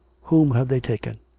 whom have they taken?